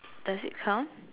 does it count